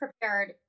prepared